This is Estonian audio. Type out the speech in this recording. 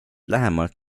lähemalt